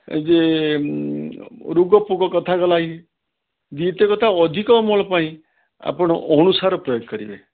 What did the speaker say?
ଯେ ରୋଗ ଫୋଗ କଥା ଗଲା ଇଏ ଦ୍ୱିତୀୟ କଥା ଅଧିକ ଅମଳ ପାଇଁ ଆପଣ ଅଣୁସାର ପ୍ରୟୋଗ କରିବେ